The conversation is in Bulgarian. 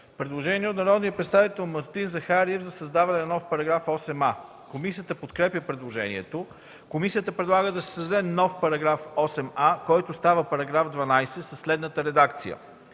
Предложение от народния представител Мартин Захариев за създаване на нов § 8а. Комисията подкрепя предложението. Комисията предлага да се създаде нов §8а, който става §12 със следната редакция: